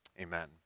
Amen